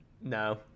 No